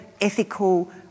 ethical